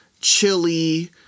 chili